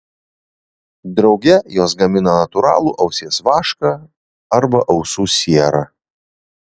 drauge jos gamina natūralų ausies vašką arba ausų sierą